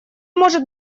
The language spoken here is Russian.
может